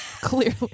Clearly